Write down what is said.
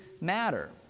matter